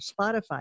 Spotify